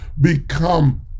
become